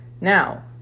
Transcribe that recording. Now